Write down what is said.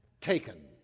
taken